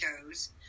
shows